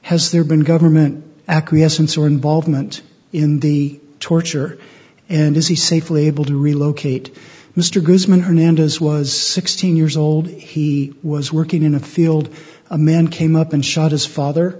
has there been government acquiescence or involvement in the torture and is he safely able to relocate mr grossman hernandez was sixteen years old he was working in a field a man came up and shot his father